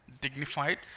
dignified